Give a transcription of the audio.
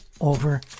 over